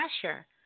pressure